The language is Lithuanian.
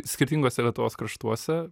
skirtinguose lietuvos kraštuose